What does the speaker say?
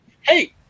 hey